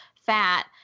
fat